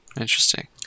Interesting